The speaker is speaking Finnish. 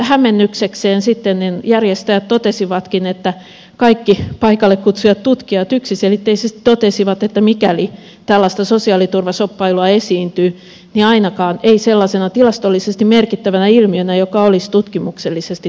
hämmennyksekseen sitten järjestäjät totesivatkin että kaikki paikalle kutsutut tutkijat yksiselitteisesti totesivat että mikäli tällaista sosiaaliturvashoppailua esiintyy niin ainakaan ei sellaisena tilastollisesti merkittävänä ilmiönä joka olisi tutkimuksellisesti todettavissa